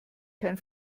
kein